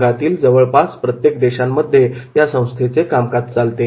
जगातील जवळपास प्रत्येक देशांमध्ये या संस्थेचे कामकाज चालते